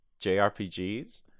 JRPGs